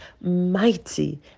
mighty